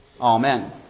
Amen